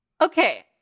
Okay